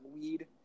weed